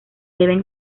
deben